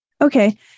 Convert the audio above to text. Okay